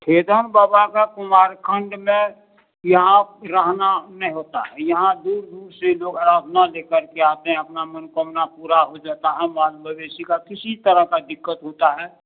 ठेजन बाबा का कुमारखंड में यहाँ रहना नहीं होता है यहाँ दूर दूर से लोग आराधना ले करके आते हैं अपना मनोकामना पूरा हो जाता है माल मवेशी का किसी तरह का दिक्कत होता है